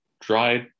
dried